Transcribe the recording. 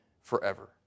forever